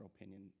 opinion